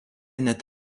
net